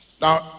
Now